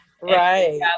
Right